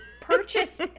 purchased